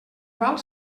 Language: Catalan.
val